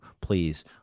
please